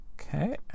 Okay